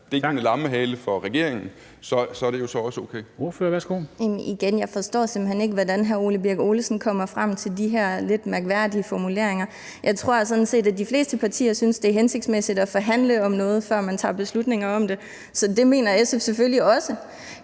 Dam Kristensen): Ordføreren, værsgo. Kl. 10:57 Anne Valentina Berthelsen (SF): Men igen: Jeg forstår simpelt hen ikke, hvordan hr. Ole Birk Olesen kommer frem til de her lidt mærkværdige formuleringer. Jeg tror sådan set, at de fleste partier synes, det er hensigtsmæssigt at forhandle om noget, før man tager beslutninger om det, så det mener SF selvfølgelig også.